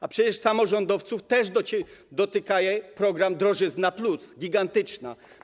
A przecież samorządowców też dotyka program drożyzna+, gigantyczna.